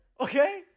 okay